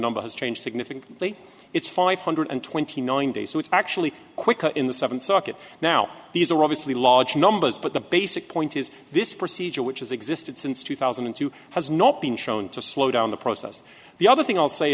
number has changed significantly it's five hundred twenty nine days so it's actually quicker in the seventh circuit now these are obviously large numbers but the basic point is this procedure which has existed since two thousand and two has not been shown to slow down the process the other thing i'll say